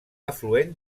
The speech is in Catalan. afluent